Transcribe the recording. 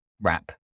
wrap